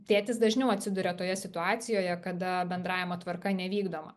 tėtis dažniau atsiduria toje situacijoje kada bendravimo tvarka nevykdoma